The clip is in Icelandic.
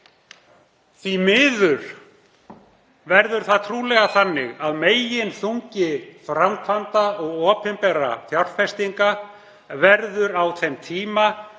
Því miður verður það trúlega þannig að meginþungi framkvæmda og opinberra fjárfestinga verður á þeim tíma þar